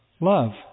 Love